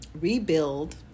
rebuild